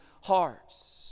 hearts